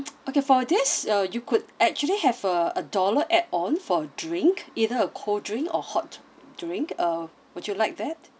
okay for this uh you could actually have a a dollar add on for drink either a cold drink or hot drink uh would you like that